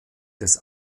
des